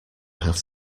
have